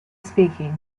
speaking